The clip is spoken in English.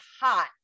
hot